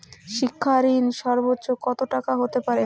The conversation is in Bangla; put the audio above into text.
শিক্ষা ঋণ সর্বোচ্চ কত টাকার হতে পারে?